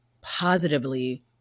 positively